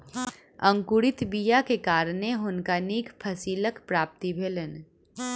अंकुरित बीयाक कारणें हुनका नीक फसीलक प्राप्ति भेलैन